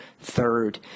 third